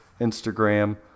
Instagram